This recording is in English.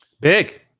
big